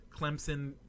Clemson